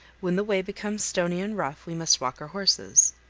when the way becomes stony and rough we must walk our horses.